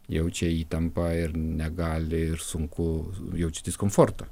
jaučia įtampą ir negali ir sunku jaučia diskomfortą